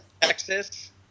Texas